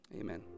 Amen